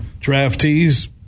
draftees